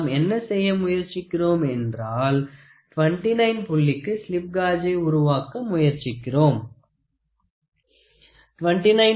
நாம் என்ன செய்ய முயற்சிக்கிறோம் என்றாள் 29 புள்ளிக்கு ஸ்லிப் காஜை உருவாக்க முயற்சிக்கிறோம் 29